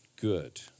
good